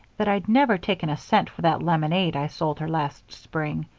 that i'd never taken a cent for that lemonade i sold her last spring.